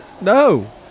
No